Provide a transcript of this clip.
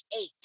eight